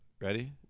Ready